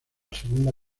segunda